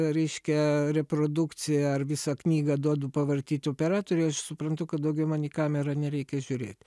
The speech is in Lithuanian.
reiškia reprodukciją ar visą knygą duodu pavartyti operatoriui aš suprantu kad daugiau man į kamerą nereikia žiūrėt